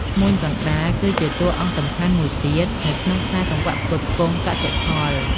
ឈ្មួញកណ្តាល គឺជាតួអង្គសំខាន់មួយទៀតនៅក្នុងខ្សែសង្វាក់ផ្គត់ផ្គង់កសិផល។